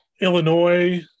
Illinois